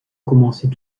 commençait